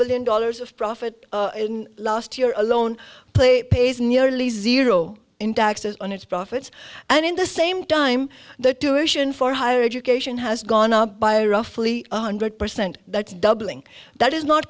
billion dollars of profit last year alone play pays nearly zero in taxes on its profits and in the same time the tuition for higher education has gone up by roughly one hundred percent that's doubling that is not